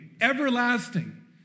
Everlasting